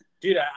dude